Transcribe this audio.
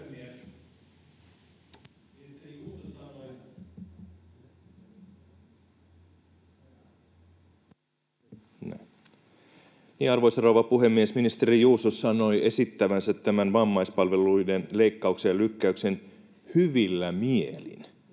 Arvoisa rouva puhemies! Ministeri Juuso sanoi esittävänsä tämän vammaispalveluiden leikkauksen ja lykkäyksen ”hyvillä mielin”.